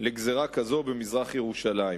לגזירה כזו במזרח-ירושלים.